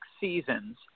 seasons